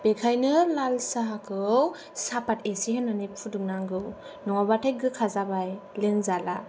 बेखायनो लाल साहाखौ साहापात एसे होनानै फुदुंनांगौ नङाब्लाथाय गोखा जाबाय लोंजाला